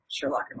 Sherlock